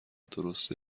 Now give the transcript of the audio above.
درست